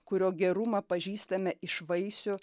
kurio gerumą pažįstame iš vaisių